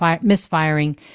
misfiring